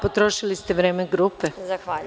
Potrošili ste vreme grupe.